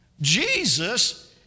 Jesus